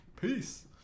Peace